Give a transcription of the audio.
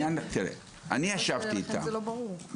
לכן זה לא ברור.